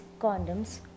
condoms